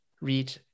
read